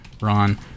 ron